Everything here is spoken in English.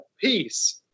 peace